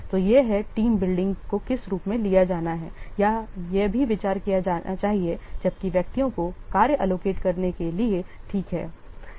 तो यह है कि टीम बिल्डिंग को किस रूप में लिया जाना है या यह भी विचार किया जाना चाहिए जबकि व्यक्तियों को कार्य एलोकेट करने के लिए ठीक है